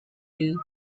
you